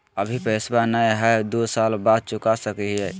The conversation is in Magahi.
अभि पैसबा नय हय, दू साल बाद चुका सकी हय?